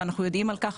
ואנחנו יודעים על כך,